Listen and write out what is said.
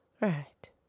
Right